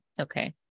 okay